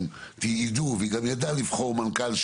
אם ידעו לבחור מנכ"ל,